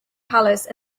palace